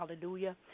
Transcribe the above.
Hallelujah